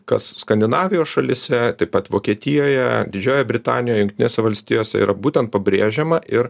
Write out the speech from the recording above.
kas skandinavijos šalyse taip pat vokietijoje didžiojoje britanijoje jungtinėse valstijose yra būtent pabrėžiama ir